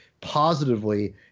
positively